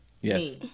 yes